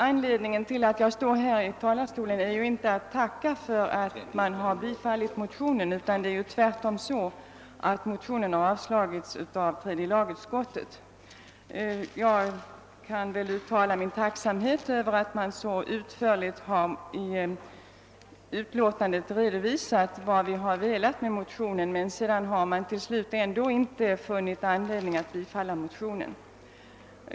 Anledningen till att jag står här i talarstolen är inte att jag vill tacka för att man har tillstyrkt motionen — tvärtom har motionen avstyrkts av tredje lagutskottet. Men jag kan uttala min tacksamhet över att utskottet i utlåtandet så utförligt har redovisat vad vi har anfört i motionen, även om utskottet till slut ändå inte funnit anledning att tillstyrka den.